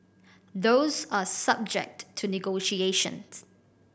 those are subject to negotiation